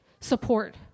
support